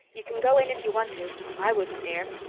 you can go in if you want to. i wouldn't dare.